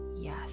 yes